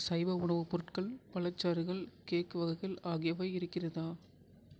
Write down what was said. சைவ உணவுப் பொருட்கள் பழச்சாறுகள் கேக் வகைகள் ஆகியவை இருக்கிறதா